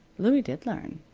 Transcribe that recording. louie did learn.